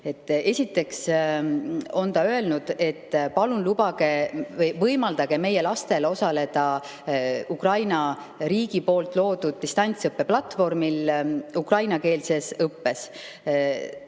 Esiteks on ta öelnud, et palun lubage, võimaldage meie lastel osaleda Ukraina riigi loodud distantsõppe platvormil ukrainakeelses õppes.